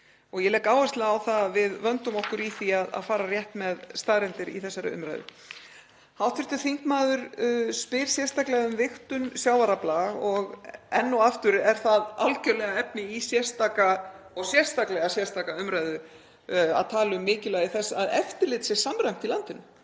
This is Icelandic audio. Ég legg áherslu á að við vöndum okkur í því að fara rétt með staðreyndir í þessari umræðu. Hv. þingmaður spyr sérstaklega um vigtun sjávarafla og enn og aftur er það algerlega efni í sérstaklega sérstaka umræðu að tala um mikilvægi þess að eftirlit sé samræmt í landinu